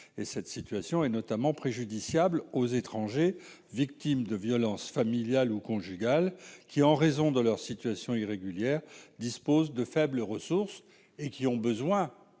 et cette situation est notamment préjudiciable aux étrangers victimes de violences familiales ou conjugales qui, en raison de leur situation irrégulière disposent de faibles ressources et qui ont besoin